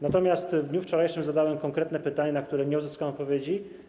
Natomiast w dniu wczorajszym zadałem konkretne pytanie, na które nie uzyskałem odpowiedzi.